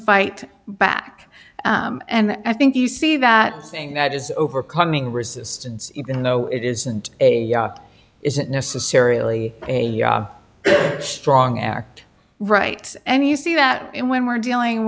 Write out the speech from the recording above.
fight back and i think you see that thing that is overcoming resistance even though it isn't a isn't necessarily a strong act right and you see that when we're dealing